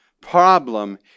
problem